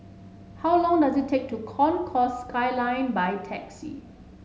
how long does it take to Concourse Skyline by taxi